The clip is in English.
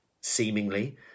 seemingly